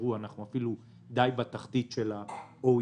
אנחנו אפילו די בתחתית של ה-OECD.